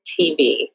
TV